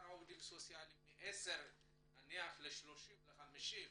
מעשר ל-30, ל-50?